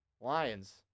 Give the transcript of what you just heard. Lions